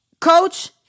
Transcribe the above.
coach